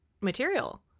material